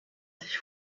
sich